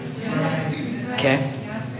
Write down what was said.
Okay